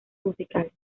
musicales